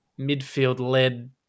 midfield-led